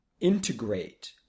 integrate